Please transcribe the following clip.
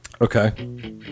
Okay